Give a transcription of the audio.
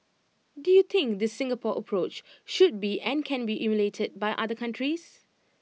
do you think this Singapore approach should be and can be emulated by other countries